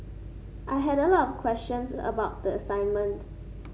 I had a lot of questions about the assignment